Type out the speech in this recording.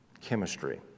Chemistry